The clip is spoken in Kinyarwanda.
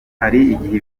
igihe